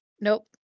Nope